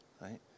right